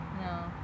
No